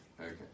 okay